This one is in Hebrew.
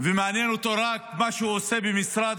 מעניין אותו רק מה שהוא עושה במשרד